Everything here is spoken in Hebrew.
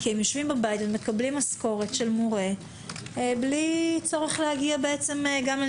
כי הם יושבים בבית ומקבלים משכורת של מורה בלי צורך להגיע ללימודים,